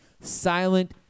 silent